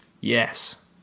Yes